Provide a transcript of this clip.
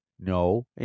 No